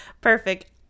Perfect